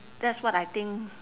that's what I think